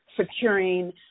securing